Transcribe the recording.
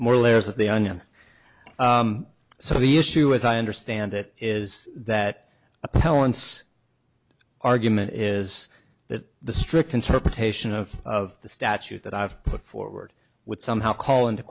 more layers of the onion so the issue as i understand it is that appellant's argument is that the strict interpretation of of the statute that i've put forward would somehow call into